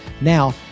now